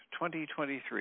2023